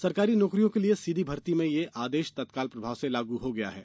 सरकारी नौकरियों के लिए सीधी भर्ती में ये आदेश तत्काल प्रभाव से लागू हो गया है